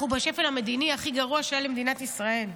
אנחנו בשפל המדיני הכי גרוע שהיה למדינת ישראל.